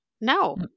no